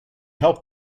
help